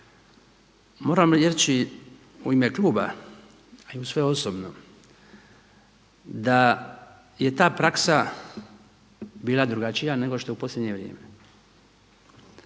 Moram reći u ime Kluba, a i u svoje osobno da je ta praksa bila drugačija, nego što je u posljednje vrijeme.